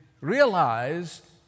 realized